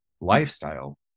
lifestyle